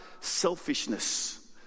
selfishness